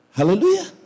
Hallelujah